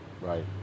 Right